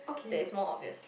that is more obvious